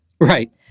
Right